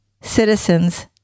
citizens